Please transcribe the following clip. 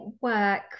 work